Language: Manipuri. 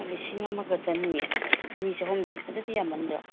ꯂꯤꯁꯤꯡ ꯑꯃꯒ ꯆꯅꯤ ꯆꯅꯤ ꯆꯍꯨꯝꯗꯤ ꯑꯗꯨꯗꯤ ꯌꯥꯝꯃꯟꯗ꯭ꯔꯣ